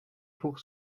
pour